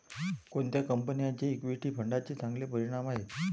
कोणत्या कंपन्यांचे इक्विटी फंडांचे चांगले परिणाम आहेत?